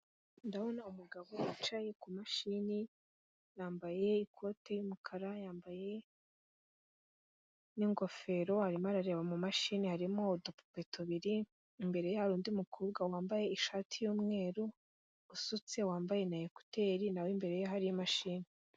Ndabona umugabo wicaye ku mashini, yambaye ikote ry'umukara, yambaye n'ingofero, arimo arareba mu mashini, harimo udupupe tubiri, imbere ye hari undi mukobwa wambaye ishati y'umweru usutse, wambaye na ekuteri na we imbere ye hari imashini.